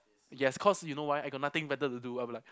yes cause you know why I got nothing better to do I will be like